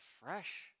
fresh